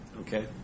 Okay